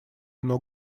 много